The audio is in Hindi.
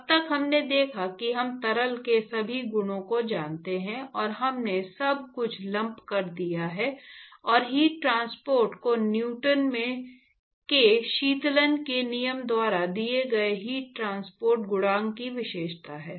अब तक हमने देखा कि हम तरल के सभी गुणों को जानते हैं और हमने सब कुछ लंप कर दिया है और हीट ट्रांसपोर्ट को न्यूटन के शीतलन के नियम द्वारा दिए गए हीट ट्रांसपोर्ट गुणांक की विशेषता है